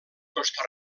costa